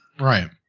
Right